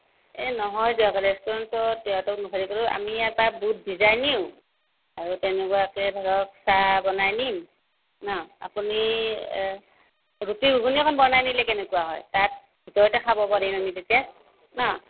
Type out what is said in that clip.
এই নহয় দিয়ক ৰেষ্টুৰেণ্টত ইহঁতক হেৰি কৰোঁ আমি ইয়াৰ পৰা বুট ভিজাই নিওঁ আৰু তেনেকুৱাকে ধৰক চাহ বনাই নিম ন' আপুনি ৰুটি ঘুগুনী অকণ বনাই নিলে কেনেকুৱা হয় তাত ভিতৰতে খাব পাৰিম আমি তেতিয়া ন'